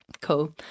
cool